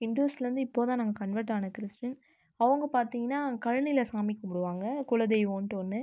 இந்துஸ்ல இருந்து இப்போது தான் நாங்கள் கன்வர்ட்டான கிறிஸ்டின் அவங்க பார்த்திங்கனா கழனியில சாமி கும்பிடுவாங்க குலதெய்வன்ட்டு ஒன்று